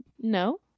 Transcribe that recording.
No